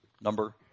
number